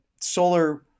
solar